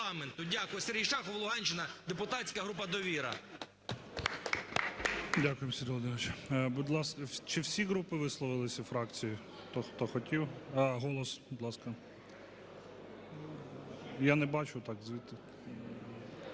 Дякую. Сергій Шахов, Луганщина, депутатська група "Довіра". ГОЛОВУЮЧИЙ. Дякуємо, Сергій Володимирович. Чи всі групи висловилися і фракцій, хто хотів? А, "Голос". Будь ласка. Я не бачу так, звідти.